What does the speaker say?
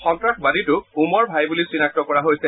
সন্তাসবাদীটোক ওমৰ ভাই বুলি চিনাক্ত কৰা হৈছে